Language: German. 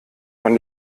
man